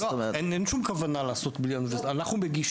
אין שום כוונה לעשות בלי האוניברסיטאות.